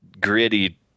gritty